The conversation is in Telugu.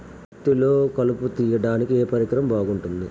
పత్తిలో కలుపు తీయడానికి ఏ పరికరం బాగుంటుంది?